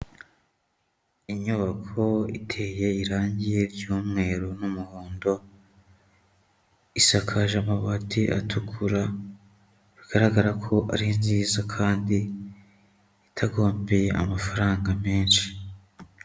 Inyubako iteye irangi ry'umweru n'umuhondo, isakaje amabati atukura, bigaragara ko ari nziza kandi itagombeye amafaranga menshi.